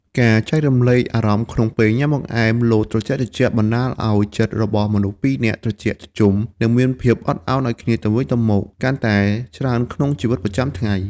ការចែករំលែកអារម្មណ៍ក្នុងពេលញ៉ាំបង្អែមលតត្រជាក់ៗបណ្ដាលឱ្យចិត្តរបស់មនុស្សពីរនាក់ត្រជាក់ត្រជុំ និងមានភាពអត់ឱនឱ្យគ្នាទៅវិញទៅមកកាន់តែច្រើនក្នុងជីវិតប្រចាំថ្ងៃ។